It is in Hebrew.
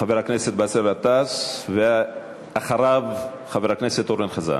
חבר הכנסת באסל גטאס, ואחריו, חבר הכנסת אורן חזן,